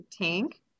tank